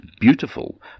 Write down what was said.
beautiful